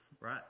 Right